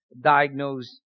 diagnose